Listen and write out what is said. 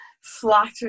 Flattered